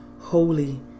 holy